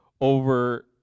over